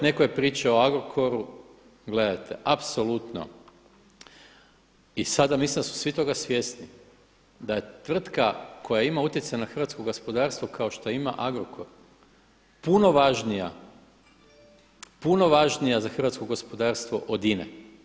Netko je pričao o Agrokoru, gledajte apsolutno, i sada mislim da su svi toga svjesni, da je tvrtka koja ima utjecaj na hrvatsko gospodarstvo kao što ima Agrokor puno važnija, puno važnija za hrvatsko gospodarstvo od INA-e.